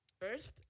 First